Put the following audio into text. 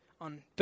on